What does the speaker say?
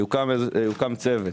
יוקם צוות